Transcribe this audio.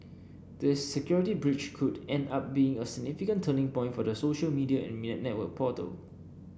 this security breach could end up being a significant turning point for the social media and network portal